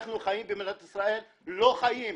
אנחנו חיים במדינת ישראל לא חיים,